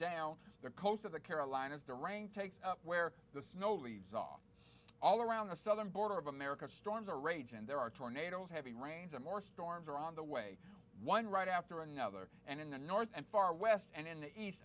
down the coast of the carolinas the rain takes up where the snow leaves off all around the southern border of america storms are rage and there are tornadoes heavy rains and more storms are on the way one right after another and in the north and far west and east